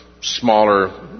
smaller